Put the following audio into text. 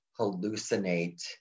hallucinate